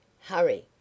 Hurry